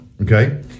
Okay